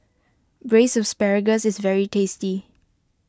Braised Asparagus is very tasty